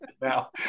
now